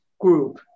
group